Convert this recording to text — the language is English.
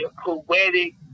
poetic